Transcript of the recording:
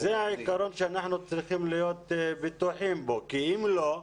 זה העיקרון בו אנחנו צריכים להיות בטוחים כי אם לא,